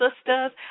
Sisters